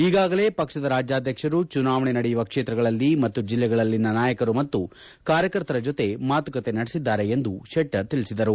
ಈಗಾಗಲೇ ಪಕ್ಷದ ರಾಜ್ಯಾಧ್ವಕ್ಷರು ಚುನಾವಣೆ ನಡೆಯಲಿರುವ ಕ್ಷೇತ್ರಗಳಲ್ಲಿ ಮತ್ತು ಜಿಲ್ಲೆಗಳಲ್ಲಿನ ನಾಯಕರು ಮತ್ತು ಕಾರ್ಯಕರ್ತರ ಜೊತೆ ಮಾತುಕತೆ ನಡೆಸಿದ್ದಾರೆ ಎಂದು ಶೆಟ್ಟರ್ ತಿಳಿಸಿದರು